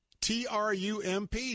TRUMP